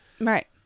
right